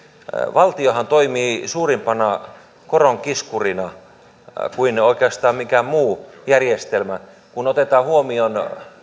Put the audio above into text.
valtiohan toimii suurempana koronkiskurina kuin oikeastaan mikään muu järjestelmä kun otetaan huomioon